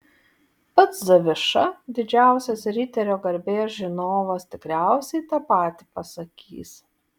pats zaviša didžiausias riterio garbės žinovas tikriausiai tą patį pasakys